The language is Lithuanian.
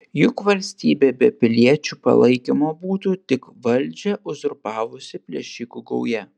juk valstybė be piliečių palaikymo būtų tik valdžią uzurpavusi plėšikų gauja